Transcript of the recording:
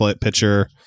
pitcher